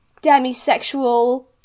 demisexual